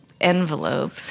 envelope